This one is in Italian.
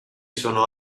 sono